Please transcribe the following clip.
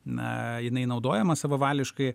na jinai naudojama savavališkai